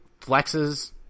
flexes